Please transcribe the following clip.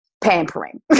pampering